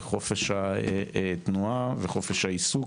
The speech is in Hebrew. חופש התנועה וחופש העיסוק,